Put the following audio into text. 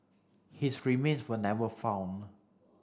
his remains were never found